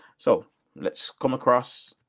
so let's come across.